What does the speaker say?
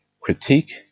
critique